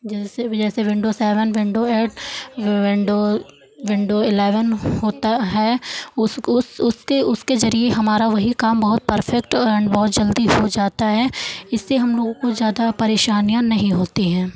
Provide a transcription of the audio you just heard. जैसे जैसे window seven window eight window window eleven होता है उसको उस उसके उसके ज़रिये हमारा वही काम बहुत परफ़ेक्ट एंड बहुत जल्दी हो जाता है इससे हम लोगों को ज़्यादा परेशानियाँ नहीं होती हैं